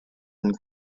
and